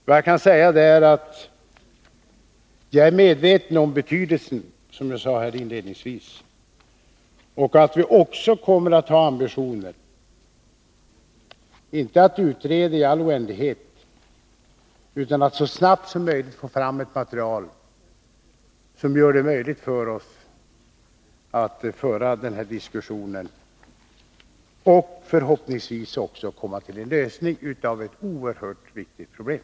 Som jag sade här inledningsvis är jag medveten om betydelsen av denna förbindelse, och vi kommer också att ha ambitioner, inte att utreda i all oändlighet, utan att så snabbt som möjligt få fram ett material som gör det möjligt för oss att föra den här diskussionen, och förhoppningsvis komma till en lösning av ett oerhört viktigt problem.